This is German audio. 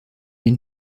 die